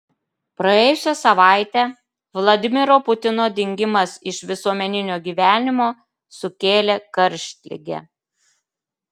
praėjusią savaitę vladimiro putino dingimas iš visuomeninio gyvenimo sukėlė karštligę